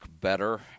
better